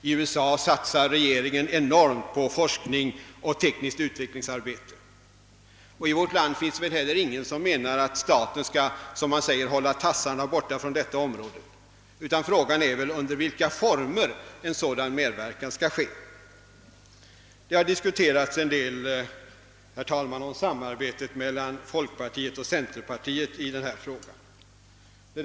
I USA satsar regeringen enormt på forskning och tekniskt utvecklingsarbete, och i vårt land finns väl heller ingen som menar att staten skall »hålla tassarna borta» från detta område, utan frågan är väl under vilka former en sådan medverkan skall äga rum. Samarbetet mellan folkpartiet och centerpartiet i denna fråga har diskuterats en hel del.